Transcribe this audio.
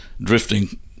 drifting